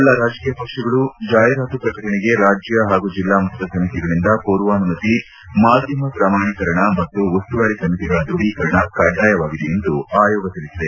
ಎಲ್ಲಾ ರಾಜಕೀಯ ಪಕ್ಷಗಳು ಜಾಹೀರಾತು ಪ್ರಕಟಣೆಗೆ ರಾಜ್ಯ ಹಾಗೂ ಜಿಲ್ಲಾಮಟ್ಟದ ಸಮಿತಿಗಳಿಂದ ಪೂರ್ವಾನುಮತಿ ಮಾಧ್ಯಮ ಪ್ರಮಾಣೀಕರಣ ಮತ್ತು ಉಸ್ತುವಾರಿ ಸಮಿತಿಗಳ ದೃಢೀಕರಣ ಕಡ್ಡಾಯವಾಗಿದೆ ಎಂದು ಆಯೋಗ ತಿಳಿಸಿದೆ